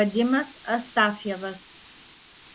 vadimas astafjevas